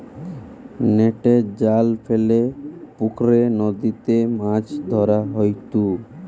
নেটের জাল ফেলে পুকরে, নদীতে মাছ ধরা হয়ঢু